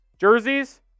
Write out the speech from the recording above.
Jerseys